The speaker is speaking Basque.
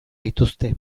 dituzte